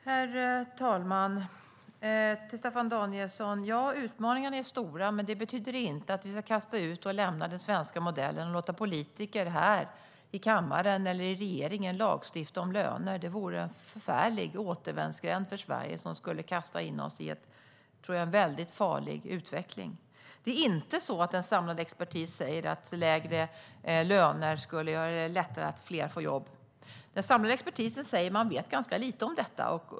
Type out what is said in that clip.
Herr talman! Ja, Staffan Danielsson, utmaningarna är stora, men det betyder inte att vi ska kasta bort den svenska modellen och låta politiker i kammaren eller regeringen lagstifta om löner. Det vore en förfärlig återvändsgränd för Sverige som skulle kasta in oss i en farlig utveckling. Det är inte så att en samlad expertis säger att lägre löner skulle göra det lättare för fler att få jobb. Den samlade expertisen säger att de vet lite om detta.